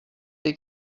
été